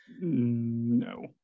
No